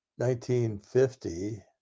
1950